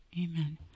Amen